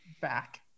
back